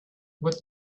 what